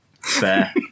Fair